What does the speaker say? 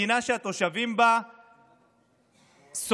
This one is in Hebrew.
מדינה שהתושבים בה סובלים?